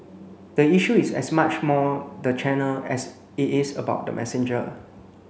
the issue is as much more the channel as it is about the messenger